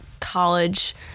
college